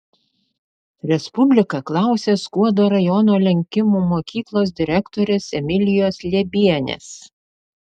respublika klausė skuodo rajono lenkimų mokyklos direktorės emilijos liebienės